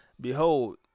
Behold